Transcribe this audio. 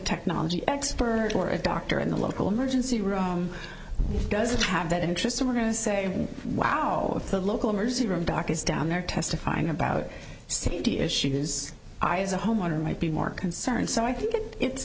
technology expert or a doctor in the local emergency room he doesn't have that interest so we're going to say wow the local emergency room doc is down there testifying about safety issues i as a homeowner might be more concerned so i think it